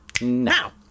Now